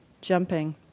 jumping